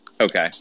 Okay